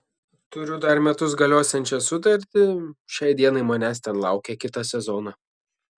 turiu dar metus galiosiančią sutartį šiai dienai manęs ten laukia kitą sezoną